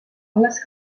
alles